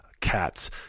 cats